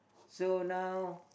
so now